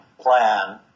plan